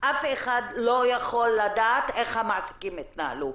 אף אחד לא יכול לדעת איך המעסיקים התנהלו,